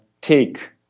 take